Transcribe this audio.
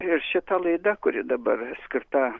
ir šita laida kuri dabar skirta